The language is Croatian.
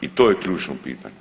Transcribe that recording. i to je ključno pitanje.